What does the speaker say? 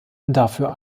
dafür